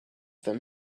them